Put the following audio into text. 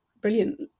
brilliant